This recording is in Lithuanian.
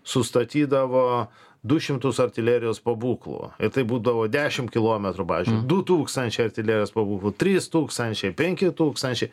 sustatydavo du šimtus artilerijos pabūklų ir tai būdavo dešim kilometrų pavyzdžiui du tūkstančiai artilerijos pabūklų trys tūkstančiai penki tūkstančiai